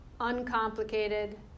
uncomplicated